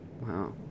Wow